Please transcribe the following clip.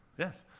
yes.